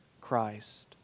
Christ